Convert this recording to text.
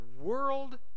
world